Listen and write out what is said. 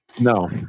No